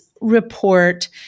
report